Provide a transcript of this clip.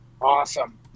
Awesome